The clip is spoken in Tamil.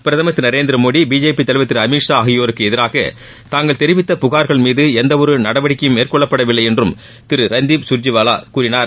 பிரதமர் திரு நரேந்திர மோடி பிஜேபி தலைவர் திரு அமித் ஷா ஆகியோருக்கு எதிராக தாங்கள் தெரிவித்த புகாரகள் மீது எந்தவொரு நடவடிக்கையும் மேற்கொள்ளபட விலலை என்றும் திரு ரந்தீப் சுர்ஜிவாலா கூறினார்